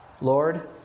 Lord